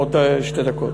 עוד שתי דקות.